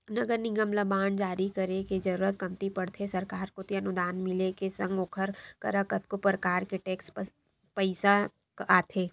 नगर निगम ल बांड जारी करे के जरुरत कमती पड़थे सरकार कोती अनुदान मिले के संग ओखर करा कतको परकार के टेक्स पइसा आथे